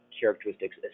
characteristics